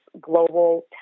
global